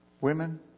women